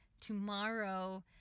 tomorrow